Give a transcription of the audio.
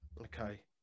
Okay